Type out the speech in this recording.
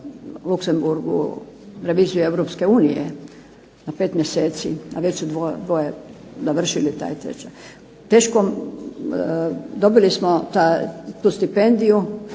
Luxebmourg u reviziju Europske unije na pet mjeseci, a već su dvoje završili taj tečaj. Teško, dobili smo tu stipendiju.